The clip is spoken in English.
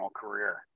career